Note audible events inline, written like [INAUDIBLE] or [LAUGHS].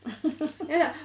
[LAUGHS]